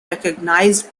recognized